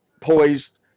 poised